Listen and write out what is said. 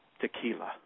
tequila